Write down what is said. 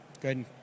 Good